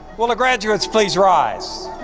will the graduates please rise?